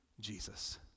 Jesus